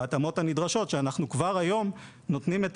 שבהתאמות הנדרשות כבר היום אנחנו נותנים את